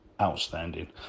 Outstanding